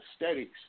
aesthetics